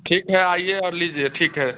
ठीक है आइए और लीजिए ठीक है